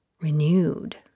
renewed